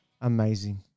Amazing